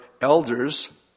elders